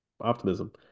Optimism